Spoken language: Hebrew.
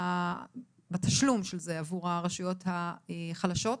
בתשלום של זה עבור הרשויות החלשות.